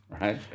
right